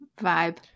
vibe